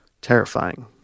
terrifying